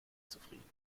zufrieden